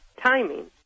timing